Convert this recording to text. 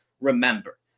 Remember